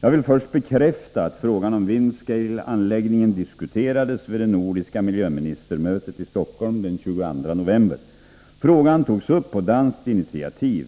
Jag vill först bekräfta att frågan om Windscale-anläggningen diskuterades vid det nordiska miljöministermötet i Stockholm den 22 november. Frågan togs upp på danskt initiativ.